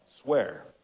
swear